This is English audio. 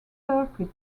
circuit